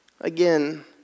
Again